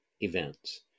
events